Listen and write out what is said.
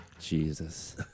Jesus